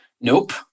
Nope